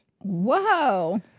Whoa